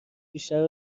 بیشتر